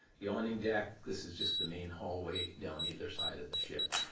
the awning deck this is just the main hallway down either side of the ship.